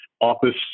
office